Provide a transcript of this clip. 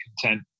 content